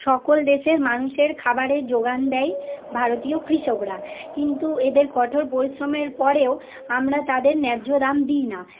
সকল দেশের মানুষের খাবারের যোগান দেয় ভারতীয় কৃষকরা কিন্তু এদের কঠোর পরিশ্রমের পরেও আমরা তাদের ন্যায্য দাম দিই না